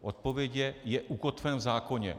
Odpověď je je ukotven v zákoně.